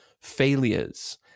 failures